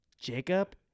Jacob